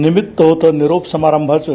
निमित्त होतं निरोप समारंभाचं